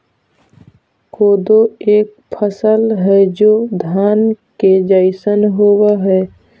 कोदो एक फसल हई जो धान के जैसन होव हई